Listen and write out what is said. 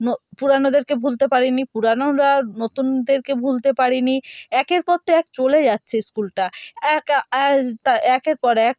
ন পুরানোদেরকে ভুলতে পারে নি পুরানোরা নতুনদেরকে ভুলতে পারে নি একের পর তো এক চলে যাচ্ছে স্কুলটা একা একা একের পর এক